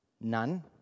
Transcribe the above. None